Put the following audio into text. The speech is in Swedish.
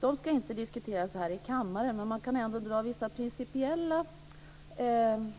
De ska inte diskuteras här i kammaren men vissa principiella funderingar kan man